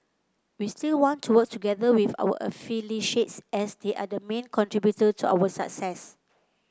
we still want to work together with our affiliates as they are the main contributor to our success